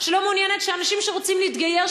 שלא מעוניינת שאנשים שרוצים להתגייר,